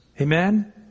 Amen